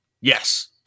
Yes